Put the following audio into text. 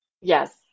Yes